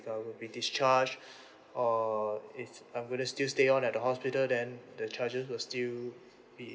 if I will be discharged or if I'm going to still stay on at the hospital then the charges will still be